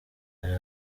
hari